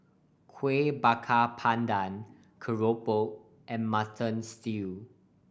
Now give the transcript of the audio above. Kuih Bakar Pandan keropok and Mutton Stew